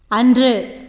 அன்று